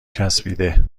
چسبیده